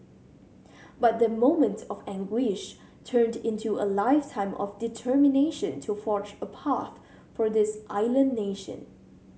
but that moment of anguish turned into a lifetime of determination to forge a path for this island nation